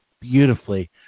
beautifully